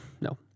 no